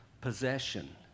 possession